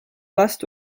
last